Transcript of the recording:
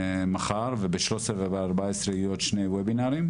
מחר וב-13 וב-14 יהיו עוד שני וובינארים,